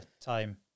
time